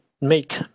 make